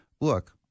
look